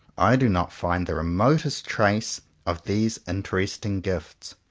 i do not find the remotest trace of these interesting gifts.